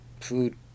food